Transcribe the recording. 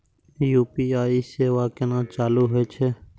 UPI सेवा केना चालू है छै?